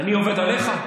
אני עובד עליך?